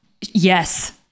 Yes